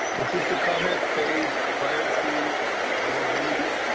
this is the comment phase prior to the resolution.